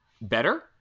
better